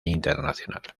internacional